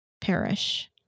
perish